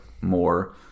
more